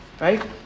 right